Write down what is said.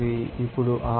ఇప్పుడు ఆ 0